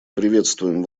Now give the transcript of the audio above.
приветствуем